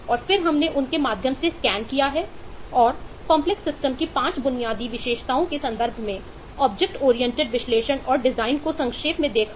और फिर हमने उनके माध्यम से स्कैन को देखा